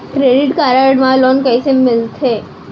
Credit card मा loan कइसे लेथे?